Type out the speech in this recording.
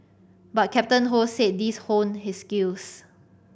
but Captain Ho said these honed his skills